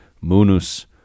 munus